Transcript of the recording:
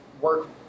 work